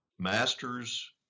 masters